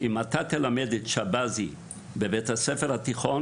"אם אתה תלמד את שבזי בבית הספר התיכון